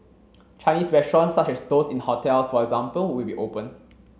Chinese restaurants such as those in hotels for example will be open